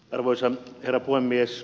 arvoisa herra puhemies